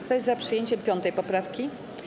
Kto jest za przyjęciem 5. poprawki?